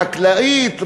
חקלאית,